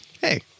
hey